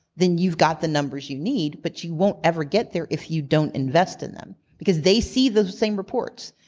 then you've got the numbers you need, but you won't ever get there if you don't invest in them. because they see the same reports.